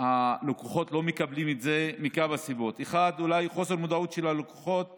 הלקוחות לא מקבלים את זה מכמה סיבות: חוסר מודעות של הלקוחות